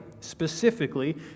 Specifically